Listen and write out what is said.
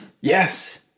Yes